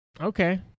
Okay